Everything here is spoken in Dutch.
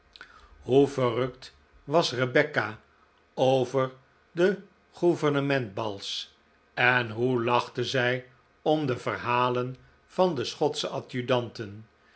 hoe verrukt was rebecca over de gouvernementsbals en hoe lachte zij om de verhalen van de